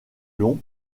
long